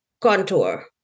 contour